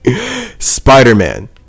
Spider-Man